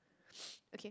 okay